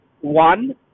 one